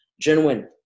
genuine